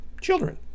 children